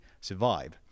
survive